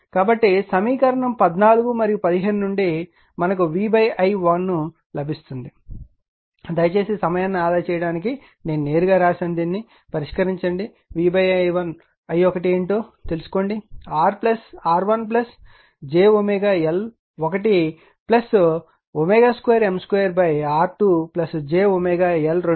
కాబట్టి సమీకరణం 14 మరియు 15 నుండి మనకు v i1 లభిస్తుంది దయచేసి సమయాన్ని ఆదా చేయడానికి నేను నేరుగా వ్రాసిన దీనిని పరిష్కరించండి దయచేసి v i1 ఏమిటో తెలుసుకోండి